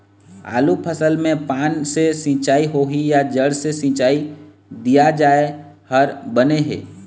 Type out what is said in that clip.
आलू फसल मे पान से सिचाई होही या जड़ से सिचाई दिया जाय हर बने हे?